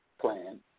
plan